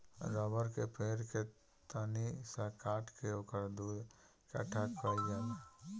रबड़ के पेड़ के तनी सा काट के ओकर दूध इकट्ठा कइल जाला